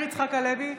מאיר יצחק הלוי,